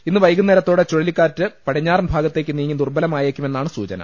ഇന്ന് വൈകുന്നേരത്തോടെ ചുഴലിക്കാറ്റ് പടിഞ്ഞാറൻ ഭാഗത്തേക്കു നീങ്ങി ദുർബലമായേക്കുമെന്നാണ് സൂചന